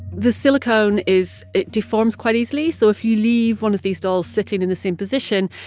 the silicone is it deforms quite easily, so if you leave one of these dolls sitting in the same position,